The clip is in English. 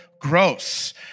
gross